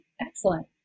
Excellent